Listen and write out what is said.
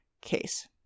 case